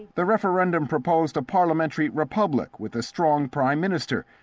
the referendum proposed a parliamentary republic with a strong prime minister.